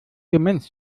demenz